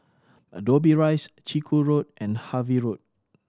Dobbie Rise Chiku Road and Harvey Road